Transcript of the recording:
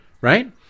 right